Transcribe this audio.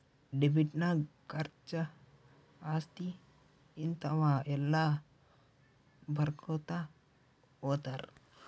debit ನಾಗ್ ಖರ್ಚಾ, ಆಸ್ತಿ, ಹಿಂತಾವ ಎಲ್ಲ ಬರ್ಕೊತಾ ಹೊತ್ತಾರ್